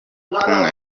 kumwe